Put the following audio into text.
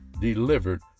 delivered